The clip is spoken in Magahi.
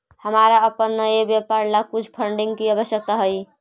हमारा अपन नए व्यापार ला कुछ फंडिंग की आवश्यकता हई